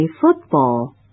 football